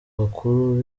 bakuru